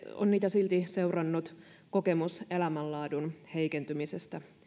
on niitä silti seurannut kokemus elämänlaadun heikentymisestä